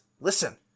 listen